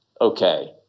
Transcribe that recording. okay